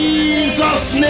Jesus